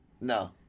No